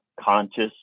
conscious